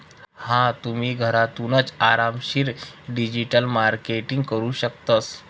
हा तुम्ही, घरथूनच आरामशीर डिजिटल मार्केटिंग करू शकतस